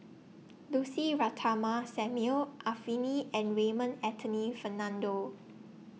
Lucy Ratnammah Samuel Arifini and Raymond Anthony Fernando